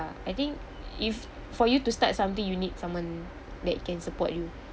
I think if for you to start something you need someone that can support you